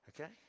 Okay